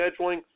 scheduling